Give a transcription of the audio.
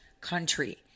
country